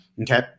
okay